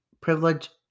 privilege